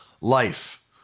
life